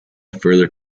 further